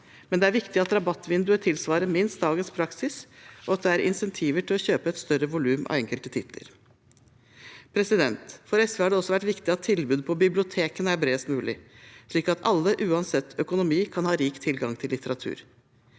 er likevel viktig at rabattvinduet tilsvarer minst dagens praksis, og at det er insentiver til å kjøpe et større volum av enkelte titler. For SV har det også vært viktig at tilbudet på bibliotekene er bredest mulig, slik at alle – uansett økonomi – kan ha rik tilgang til litteratur.